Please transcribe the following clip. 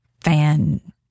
fan